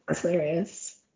hilarious